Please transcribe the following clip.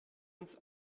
uns